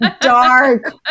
dark